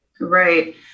Right